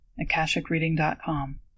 akashicreading.com